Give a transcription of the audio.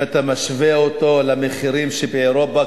אם אתה משווה את מחירו למחירים שבאירופה,